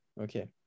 okay